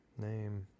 Name